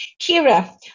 Kira